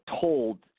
told